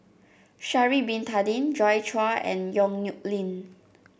Sha'ari Bin Tadin Joi Chua and Yong Nyuk Lin